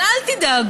אבל אל תדאגו,